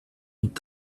und